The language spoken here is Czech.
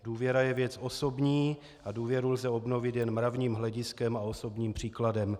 Důvěra je věc osobní a důvěru lze obnovit jen mravním hlediskem a osobním příkladem.